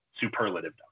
superlative